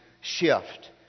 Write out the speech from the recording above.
shift